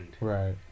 right